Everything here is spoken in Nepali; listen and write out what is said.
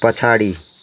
पछाडि